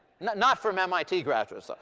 not not from mit graduates,